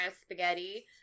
spaghetti